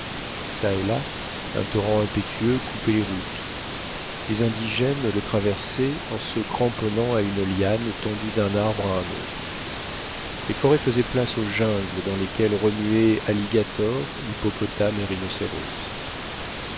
çà et là un torrent impétueux coupait les routes les indigènes le traversaient en se cramponnant à une liane tendue d'un arbre à un autre les forêts faisaient place aux jungles dans lesquels remuaient alligators hippopotames